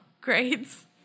grades